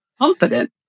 confident